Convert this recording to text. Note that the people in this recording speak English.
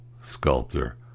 sculptor